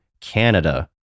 Canada